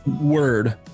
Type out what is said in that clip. word